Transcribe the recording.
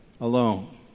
alone